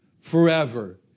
forever